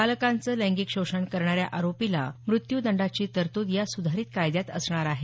बालकांचं लैंगिक शोषण करणाऱ्या आरोपीला मृत्यूदंडाची तरतूद या सुधारित कायद्यात असणार आहे